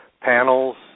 panels